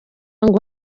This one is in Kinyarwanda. ngo